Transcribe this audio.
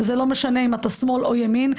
ולא משנה אם אתה שמאל או ימין,